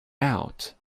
out